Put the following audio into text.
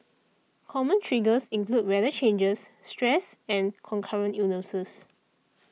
common triggers include weather changes stress and concurrent illnesses